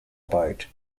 about